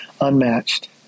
unmatched